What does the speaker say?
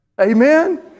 Amen